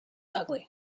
ugly